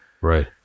Right